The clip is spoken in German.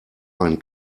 einen